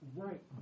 right